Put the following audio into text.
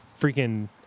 freaking